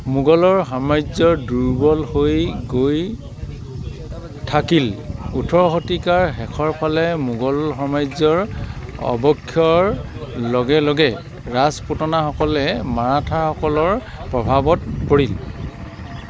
মোগলৰ সাম্ৰাজ্য দুৰ্বল হৈ গৈ থাকিল ওঠৰ শতিকাৰ শেষৰ ফালে মোগল সাম্ৰাজ্যৰ অৱক্ষয়ৰ লগে লগে ৰাজপুতানাসকল মাৰাঠাসকলৰ প্ৰভাৱত পৰিল